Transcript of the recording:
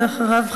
ואחריו,